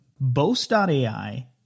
Boast.ai